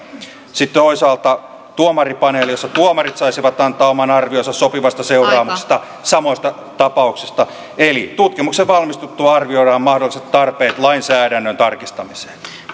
sitten toisaalta on tuomaripaneeli jossa tuomarit saisivat antaa oman arvionsa sopivista seuraamuksista samoista tapauksista eli tutkimuksen valmistuttua arvioidaan mahdolliset tarpeet lainsäädännön tarkistamiseen